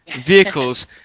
Vehicles